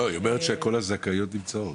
כל הזכאיות נמצאות.